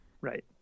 Right